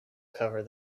cover